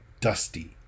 dusty